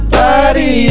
body